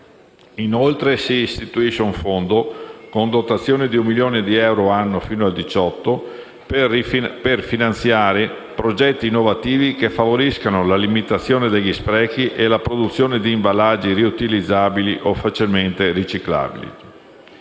Inoltre, si istituisce un Fondo, con dotazione di 1 milione di euro annuo fino al 2018, per finanziare progetti innovativi, che favoriscano la limitazione degli sprechi e la produzione di imballaggi riutilizzabili o facilmente riciclabili.